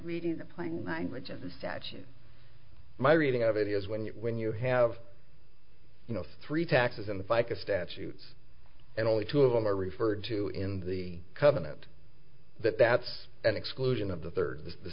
reading the playing language of the statute my reading of it is when you when you have you know three taxes in the fica statutes and only two of them are referred to in the covenant that that's an exclusion of the third th